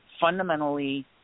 fundamentally